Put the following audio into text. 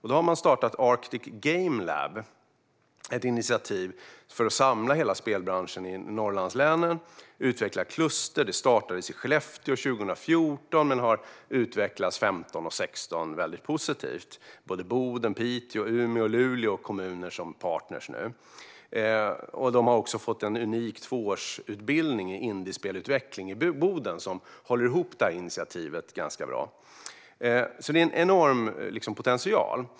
Man har startat Arctic Game Lab för att samla hela spelbranschen i Norrlandslänen och utveckla kluster. Det startades i Skellefteå 2014 och har utvecklats positivt under 2015 och 2016. Boden, Piteå, Umeå och Luleå är kommuner som är partner nu. Boden har också fått en unik tvåårsutbildning i indiespelutveckling, vilket håller ihop detta initiativ. Här finns en enorm potential.